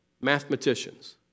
mathematicians